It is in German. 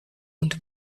und